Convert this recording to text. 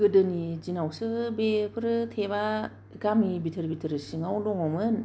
गेदोनि दिनावसो बेफोरो टेपबा गामि बिथोर बोथोर सिङाव दङमोन